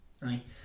Right